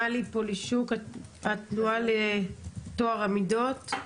מלי פולישוק, התנועה לטוהר המידות.